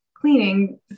cleaning